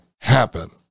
happen